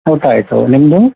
ಊಟ ಆಯಿತು ನಿಮ್ಮದು